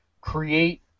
create